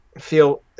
feel